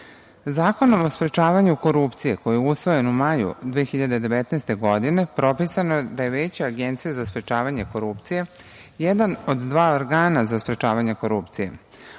o sprečavanju korupcije, koji je usvojen u maju 2019. godine, propisano je da je Veće Agencije za sprečavanje korupcije jedan od dva organa za sprečavanje korupcije. Ovaj